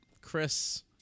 Chris